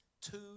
two